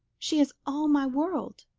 she is all my world.